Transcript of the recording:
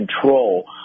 control